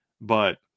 But-